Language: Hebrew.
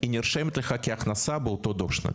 נרשמת לך כהכנסה באותו דו"ח שנתי.